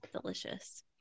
delicious